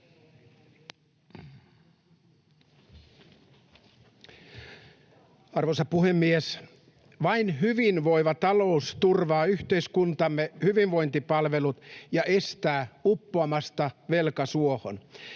Arvoisa puhemies! Vain hyvinvoiva talous turvaa yhteiskuntamme hyvinvointipalvelut ja estää uppoamasta velkasuohon.